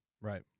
Right